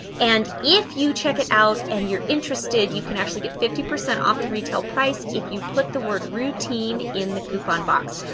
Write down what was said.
and if you check it out and you're interested, you can actually get fifty percent off the retail price. if you put the word routine in the coupon box.